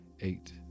eight